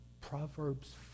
Proverbs